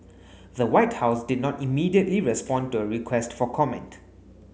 the White House did not immediately respond to a request for comment